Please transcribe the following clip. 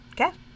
okay